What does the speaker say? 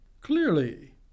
Clearly